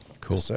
cool